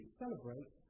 celebrate